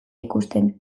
ikusten